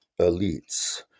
elites